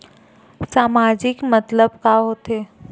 सामाजिक मतलब का होथे?